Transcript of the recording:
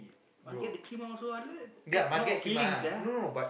must get the keema also like that not not filling sia